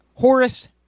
Horace